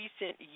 recent